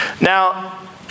Now